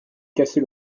cassée